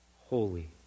holy